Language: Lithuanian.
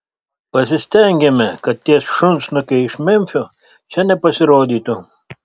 pasistengėme kad tie šunsnukiai iš memfio čia nepasirodytų